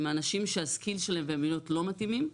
אנשים שה-skill שלהם והמיומנויות לא מתאימים,